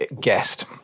guest